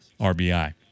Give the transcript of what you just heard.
RBI